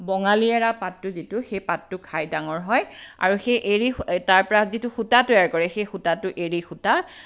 বঙালী এৰা পাতটো যিটো সেই পাতটো খাই ডাঙৰ হয় আৰু সেই এৰী তাৰপৰা যিটো সূতা তৈয়াৰ কৰে সেই সূতাটো এৰী সূতা